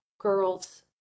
girls